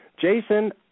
Jason